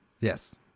Yes